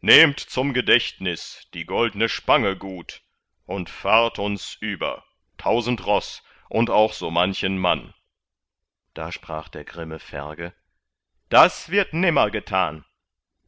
nehmt zum gedächtnis die goldne spange gut und fahrt uns über tausend ross und auch so manchen mann da sprach der grimmge ferge das wird nimmer getan